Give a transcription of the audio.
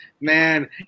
man